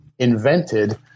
invented